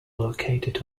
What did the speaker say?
located